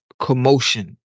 commotion